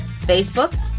Facebook